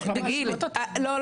לא,